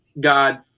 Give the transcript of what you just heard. God